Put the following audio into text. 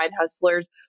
hustlers